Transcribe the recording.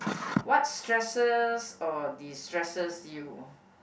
what stresses or destresses you